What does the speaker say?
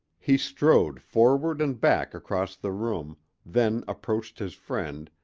he strode forward and back across the room then approached his friend,